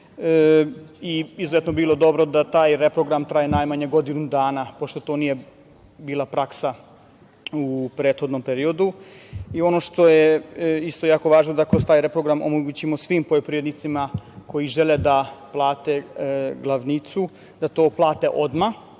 Izuzetno bi bilo dobro da taj reprogram traje najmanje godinu dana, pošto to nije bila praksa u prethodnom periodu. Ono što je isto jako važno, da kroz taj reprogram omogućimo svim poljoprivrednicima koji žele da plate glavnicu, da to plate odmah,